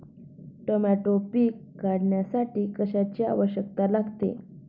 Tomato पीक काढण्यासाठी कशाची आवश्यकता लागते?